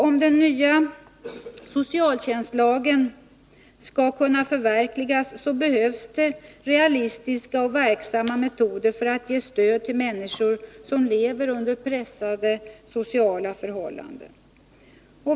Om den nya socialtjänstlagen skall kunna förverkligas behövs realistiska och verksamma metoder för att ge stöd till människor som lever under pressande sociala förhållanden.